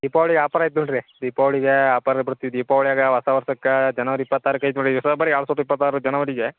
Deepavali offer ಆಯ್ತು ನೋಡ್ರಿ ದಿಪಾವಳಿಗೆ ಆಪರ್ ಬರ್ತಿ ದಿಪಾವಳ್ಯಾಗ ಹೊಸ ವರ್ಷಕ್ಕೆ ಜನವರಿ ಇಪ್ಪತ್ತು ಆರಕ್ಕೆ ಐತಿ ನೋಡಿ ಈಗ ಫೆಬ್ರರಿ ಎರಡು ಇಪ್ಪತ್ತಾರು ಜನವರಿಗೆ